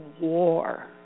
war